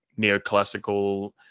neoclassical